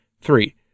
Three